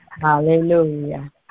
Hallelujah